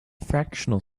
fractional